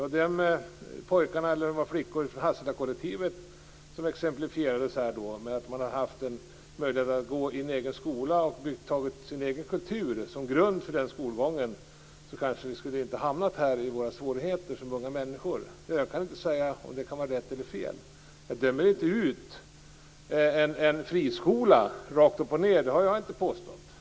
Ungdomarna på Hasselakollektivet trodde att möjligheten att gå i en skola med den egna kulturen som grund hade kunnat göra att de inte hamnat i sådana svårigheter. Jag kan inte säga om detta är rätt eller fel. Jag dömer inte ut en friskola rakt upp och ned. Det har jag inte påstått.